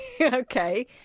Okay